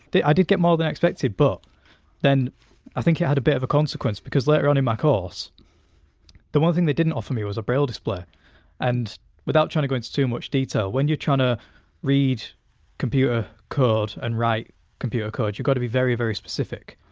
i did get more than i expected but then i think it had a bit of consequence because later on in my course the one thing they didn't offer me was a braille display and without trying to go into too much detail, when you're trying to read computer code and write computer code you've got to be very, very specific,